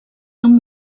amb